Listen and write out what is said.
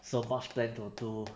so much plan to do